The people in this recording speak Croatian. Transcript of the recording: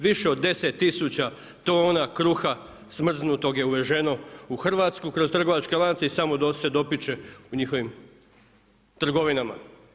Više od 10000 tona kruha smrznutog je uveženo u Hrvatsku kroz trgovačke lance i samo se … u njihovim trgovinama.